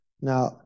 Now